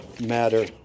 matter